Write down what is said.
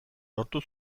lortu